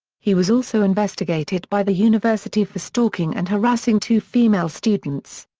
he was also investigated by the university for stalking and harassing two female students.